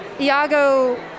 Iago